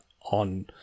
on